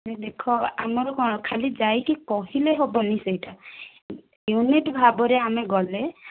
ନାହିଁ ଦେଖ ଆମର କ'ଣ ଖାଲି ଯାଇକି କହିଲେ ହେବନି ସେହିଟା ୟୁନିଟି ଭାବରେ ଆମର ଗଲେ